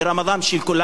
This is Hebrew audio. אפילו יש נציגים.